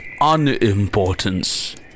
unimportance।